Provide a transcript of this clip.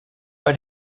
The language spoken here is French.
pas